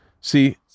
See